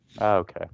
Okay